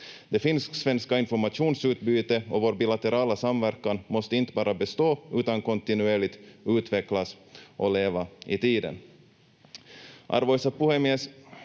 Arvoisa puhemies!